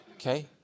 okay